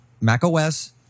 macOS